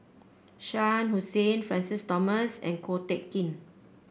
Shah Hussain Francis Thomas and Ko Teck Kin